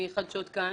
מחדשות "כאן".